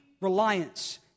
reliance